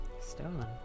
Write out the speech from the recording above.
Stolen